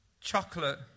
chocolate